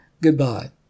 Goodbye